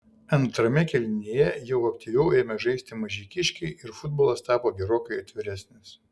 antrame kėlinyje jau aktyviau ėmė žaisti mažeikiškiai ir futbolas tapo gerokai atviresnis